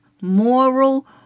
moral